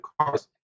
cars